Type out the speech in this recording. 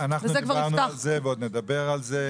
אנחנו דיברנו על זה ועוד נדבר על זה.